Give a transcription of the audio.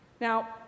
Now